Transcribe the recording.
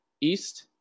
East